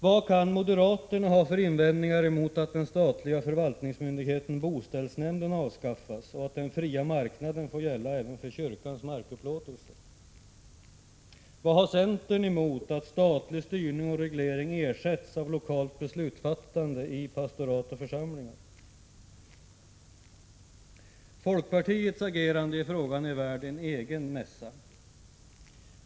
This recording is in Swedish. Vad kan moderaterna ha för invändningar mot att den statliga förvaltningsmyndigheten boställsnämnden avskaffas och att den fria marknaden får gälla även för kyrkans markupplåtelse? Vad har centern emot att statlig styrning och reglering ersätts av lokalt beslutsfattande i pastorat och församlingar? Folkpartiets agerande i frågan är värt en egen mässa.